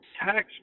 tax